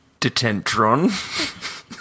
Detentron